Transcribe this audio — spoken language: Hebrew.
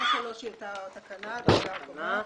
תקנה 3 היא אותה תקנה הדרגה הקובעת.